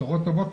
בשורות טובות.